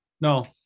no